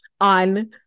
on